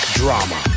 drama